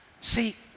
see